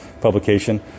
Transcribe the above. publication